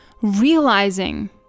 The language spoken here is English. realizing